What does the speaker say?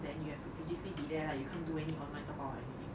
then you have to physically be there lah you can't do any online top up or anything